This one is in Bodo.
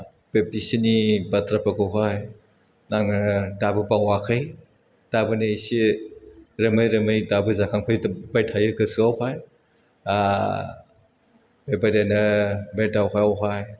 बे बिसिनि बाथ्राफोरखौहाय आङो दाबो बावाखै दाबोनो एसे रोमै रोमै दाबो जाखांफैदों फैबाय थायो गोसोआवहाय बेबायदिनो बे दावहायावहाय